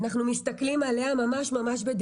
אנחנו מסתכלים עליה ורואים אותה ממש בדעיכה.